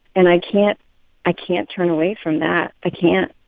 and i can't i can't turn away from that. i can't.